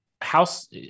house